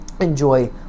enjoy